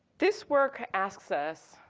this work asks us,